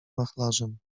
wachlarzem